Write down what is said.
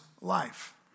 life